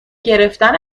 گرفتن